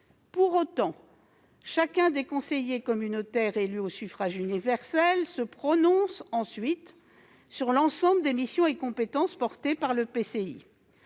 Pour autant, chacun des conseillers communautaires élus au suffrage universel se prononce ensuite sur l'ensemble des missions et des compétences exercées par l'EPCI.